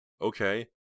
Okay